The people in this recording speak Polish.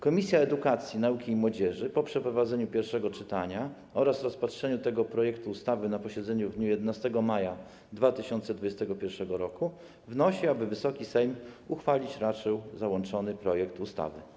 Komisja Edukacji, Nauki i Młodzieży po przeprowadzeniu pierwszego czytania oraz rozpatrzeniu tego projektu ustawy na posiedzeniu w dniu 11 maja 2021 r. wnosi, aby Wysoki Sejm uchwalić raczył załączony projekt ustawy.